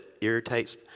irritates